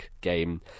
game